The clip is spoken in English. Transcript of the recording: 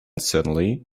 suddenly